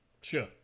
sure